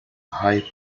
high